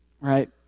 right